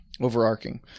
Overarching